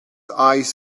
eyes